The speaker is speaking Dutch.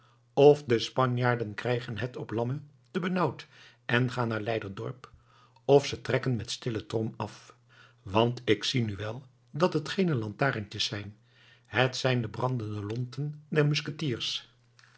f de spanjaarden krijgen het op lammen te benauwd en gaan naar leiderdorp f ze trekken met stille trom af want ik zie nu wel dat het geene lantaarntjes zijn het zijn de brandende lonten